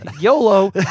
yolo